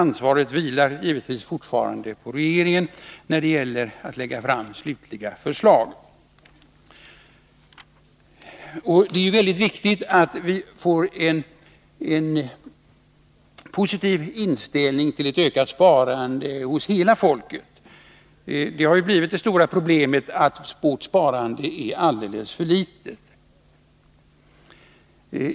När det gäller att lägga fram slutliga förslag vilar ansvaret givetvis fortfarande på regeringen. Det är väldigt viktigt att vi får en positiv inställning till ett ökat sparande hos hela folket. Att vårt sparande är alldeles för litet är ett stort problem.